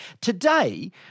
Today